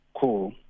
Cool